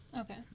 Okay